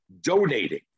donating